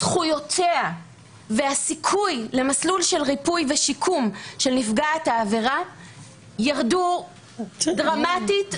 זכויותיה של נפגעת העבירה והסיכוי למסלול של ריפוי ושיקום ירדו דרמטית,